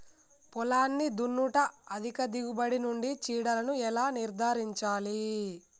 పొలాన్ని దున్నుట అధిక దిగుబడి నుండి చీడలను ఎలా నిర్ధారించాలి?